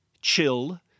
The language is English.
chill